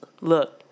look